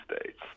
states